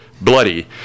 bloody